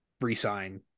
re-sign